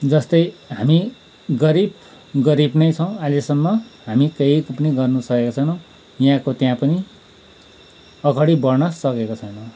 जस्तै हामी गरिब गरिब नै छौँ अहिलेसम्म हामी केही पनि गर्न सकेको छैनौँ यहाँको त्यहाँ पनि अगाडि बढ्न सकेको छैनौँ